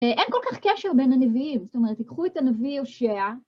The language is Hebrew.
אין כל כך קשר בין הנביאים, זאת אומרת, תיקחו את הנביא, הושע,